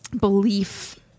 belief